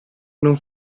non